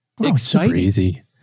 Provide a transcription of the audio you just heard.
exciting